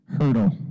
hurdle